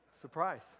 Surprise